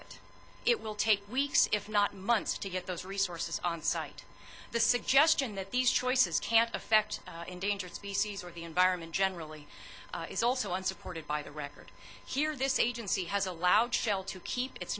it it will take weeks if not months to get those resources on site the suggestion that these choices can affect endangered species or the environment generally is also unsupported by the record here this agency has allowed shell to keep it